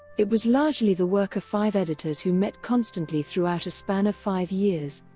it was largely the work of five editors who met constantly throughout a span of five years.